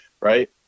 right